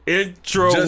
intro